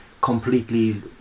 completely